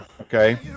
Okay